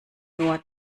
nur